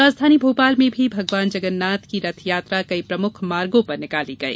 राजधानी भोपाल में भी भगवान जगन्नाथ की रथ यात्रा कई प्रमुख मार्गो पर निकाली गई